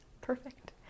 Perfect